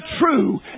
true